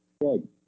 good